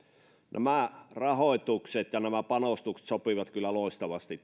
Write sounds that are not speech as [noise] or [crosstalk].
nämä rahoitukset ja nämä panostukset sopivat kyllä loistavasti [unintelligible]